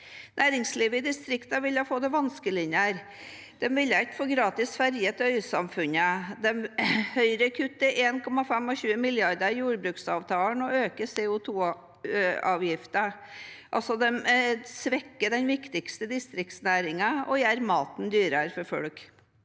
Næringslivet i distriktet vil få det vanskeligere. De vil ikke få gratis ferje til øysamfunnene. Høyre kutter 1,25 mrd. kr i jordbruksavtalen og øker CO2-avgiften – de svekker altså den viktigste distriktsnæringen og gjør maten dyrere for folk.